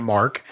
Mark